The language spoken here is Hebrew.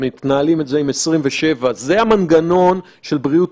חסר מנגנון ניהול אחוד,